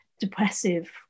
depressive